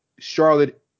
Charlotte